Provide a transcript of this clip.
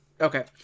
Okay